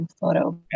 photo